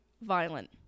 violent